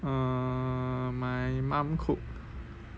err my mum cook